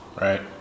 Right